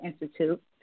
institute